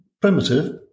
primitive